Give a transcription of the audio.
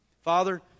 Father